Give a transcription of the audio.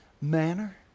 Manner